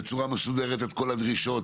בצורה מסודרת, את כל הדרישות?